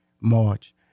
March